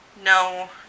no